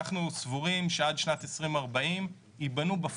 אנחנו סבורים שעד שנת 2040 צריכים